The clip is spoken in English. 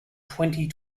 twenty